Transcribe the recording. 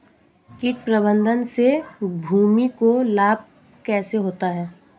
कीट प्रबंधन से भूमि को लाभ कैसे होता है?